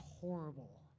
horrible